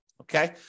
Okay